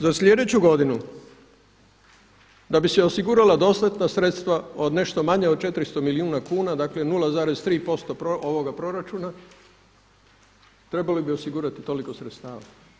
Za sljedeću godinu da bi se osigurala dostatna sredstva od nešto manje od 400 milijuna kuna, dakle 0,3% ovoga proračuna trebali bi osigurati toliko sredstava.